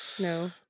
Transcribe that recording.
no